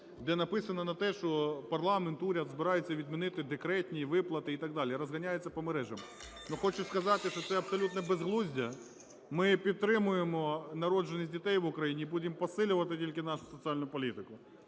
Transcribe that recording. де написано те, що парламент, уряд збирається відмінити декретні виплати і так далі – розганяється по мережах. Хочу сказати, що це абсолютне безглуздя. Ми підтримуємо народжуваність дітей в Україні і будемо посилювати тільки нашу соціальну політику.